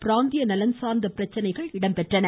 பிராந்திய நலன் சாா்ந்த பிரச்சினைகளும் இடம்பெற்றன